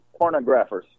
pornographers